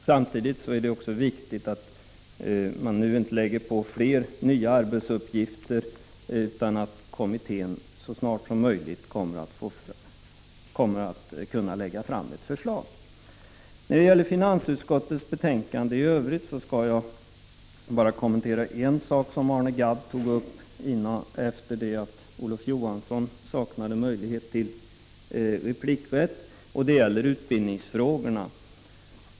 Samtidigt är det viktigt att inte fler nya arbetsuppgifter tillkommer, utan att kommittén så snart som möjligt kan lägga fram ett förslag. När det gäller finansutskottets betänkande i övrigt vill jag bara kommentera en sak som Arne Gadd berörde. Olof Johansson hade då inte rätt till replik. Det gäller utbildningsfrågorna.